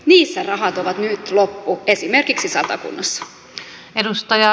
niissä rahat ovat nyt loppu esimerkiksi satakunnassa